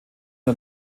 der